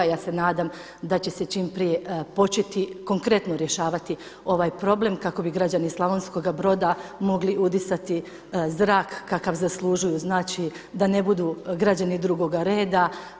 Ja se nadam da će se čim prije početi konkretno rješavati ovaj problem kako bi građani Slavonskoga Broda mogli udisati zrak kakav zaslužuju, znači da ne budu građani drugoga reda.